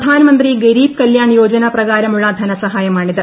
പ്രധാനമന്ത്രി ഗരീബ് കല്യാൺ യോജന പ്രകാരമുള്ള ധനസഹ്ട്ടിയ്മാണിത്